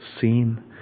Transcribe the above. seen